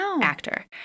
actor